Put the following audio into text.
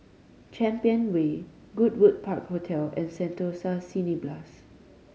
Champion Way Goodwood Park Hotel and Sentosa Cineblast